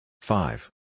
Five